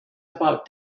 about